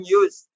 use